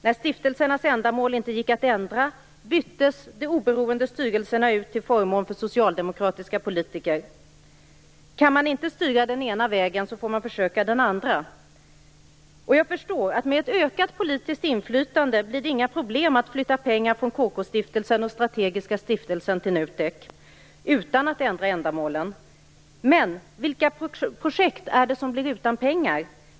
När stiftelsernas ändamål inte gick att ändra byttes de oberoende styrelserna ut till förmån för socialdemokratiska politiker. Om man inte kan styra den ena vägen får man försöka den andra. Jag förstår att det med ett ökat politiskt inflytande inte blir något problem att flytta pengar från KK-stiftelsen och Strategiska stiftelsen till NUTEK utan att ändra ändamålen. Men vilka projekt blir utan pengar?